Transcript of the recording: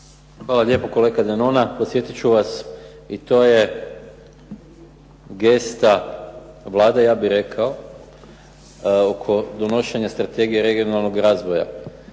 Hvala lijepo. Kolega Denona podsjetit ću vas i to je gesta Vlade ja bih rekao oko donošenja strategije regionalnog razvoja.